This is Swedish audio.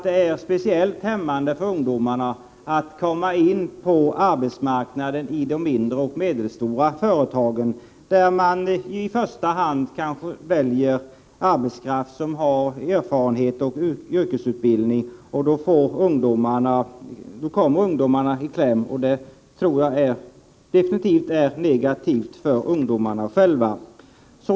Det är speciellt svårt för ungdomar att komma in på arbetsmarknaden i de mindre och medelstora företagen, där man i första hand väljer arbetskraft som har erfarenhet och yrkesutbildning. Där kommer ungdomarna i kläm. Det tror jag definitivt är negativt för ungdomarna själva.